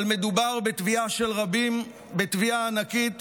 מדובר בתביעה של רבים, בתביעה ענקית